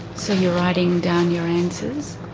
so you're writing down your answers,